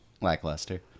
lackluster